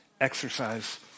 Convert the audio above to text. Exercise